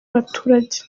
y’abaturage